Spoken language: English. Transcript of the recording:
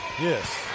yes